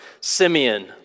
Simeon